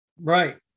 Right